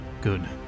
Good